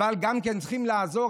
אבל גם צריכים לעזור.